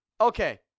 okay